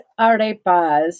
arepas